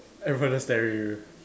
everyone just staring at you